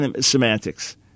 semantics